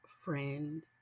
friend